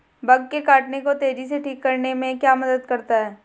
Bug के काटने को तेजी से ठीक करने में क्या मदद करता है?